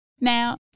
Now